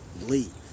leave